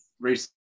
recently